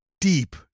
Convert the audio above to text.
deep